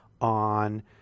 on